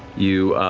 you